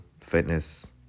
fitness